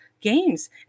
games